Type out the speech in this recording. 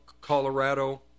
Colorado